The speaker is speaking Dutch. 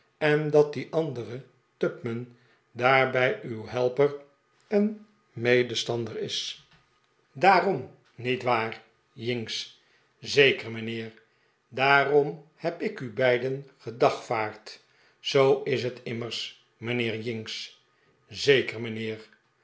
en dat die andere tupman daarbij uw helper en medestander is daarom niet waar jinks zeker mijnheer rr daarom heb ik u beiden gedagvaard zoo is het immers mijnheer jinks zeker mijnheer